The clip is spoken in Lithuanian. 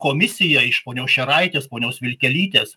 komisiją ponios šeraitės ponios vilkelytės